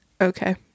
Okay